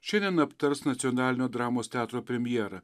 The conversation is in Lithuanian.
šiandien aptars nacionalinio dramos teatro premjerą